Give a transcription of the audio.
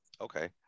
Okay